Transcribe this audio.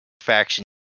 faction